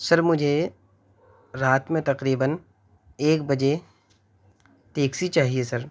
سر مجھے رات میں تقریباً ایک بجے ٹیکسی چاہیے سر